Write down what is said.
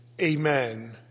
amen